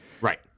right